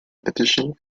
additional